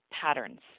patterns